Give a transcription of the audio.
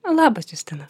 labas justina